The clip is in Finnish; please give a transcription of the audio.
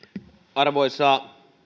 arvoisa